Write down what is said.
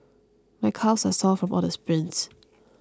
my calves are sore from all the sprints